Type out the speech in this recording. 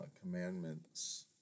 Commandments